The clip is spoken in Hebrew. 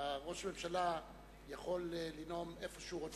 ראש הממשלה יכול לנאום איפה שהוא רוצה,